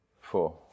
four